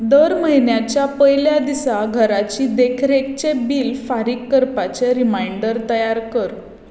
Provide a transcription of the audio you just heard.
दर म्हयन्याच्या पयल्या दिसा घराची देखरेखचें बिल फारीक करपाचें रिमांयडर तयार कर